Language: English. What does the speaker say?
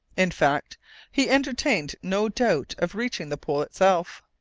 in fact he entertained no doubt of reaching the pole itself.